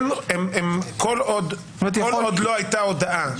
כל עוד לא הייתה הודעה.